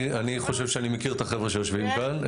אני חושב שאני מכיר את החבר'ה שיושבים כאן,